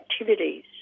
activities